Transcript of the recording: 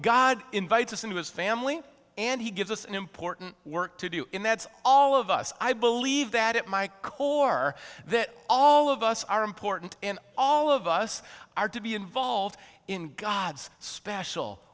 god invites us into his family and he gives us an important work to do in that all of us i believe that at my core that all of us are important and all of us are to be involved in god's special